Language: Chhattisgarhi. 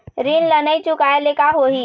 ऋण ला नई चुकाए ले का होही?